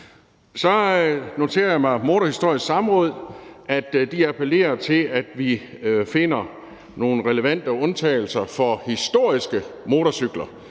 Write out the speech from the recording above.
Så noterer jeg mig, at Motorhistorisk Samråd appellerer til, at vi finder ud af at lave nogle relevante undtagelser for historiske motorcykler.